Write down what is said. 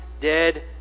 dead